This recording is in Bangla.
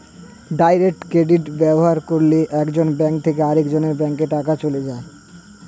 ডাইরেক্ট ক্রেডিট ব্যবহার করলে একজনের ব্যাঙ্ক থেকে আরেকজনের ব্যাঙ্কে টাকা চলে যায়